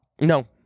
No